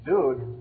Dude